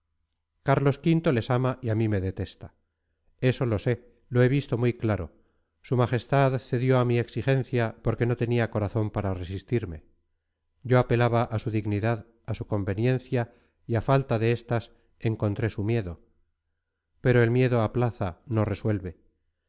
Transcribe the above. carlos v les ama y a mí me detesta eso lo sé lo he visto muy claro s m cedió a mi exigencia porque no tenía corazón para resistirme yo apelaba a su dignidad a su conveniencia y a falta de estas encontré su miedo pero el miedo aplaza no resuelve